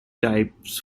types